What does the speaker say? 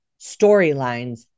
storylines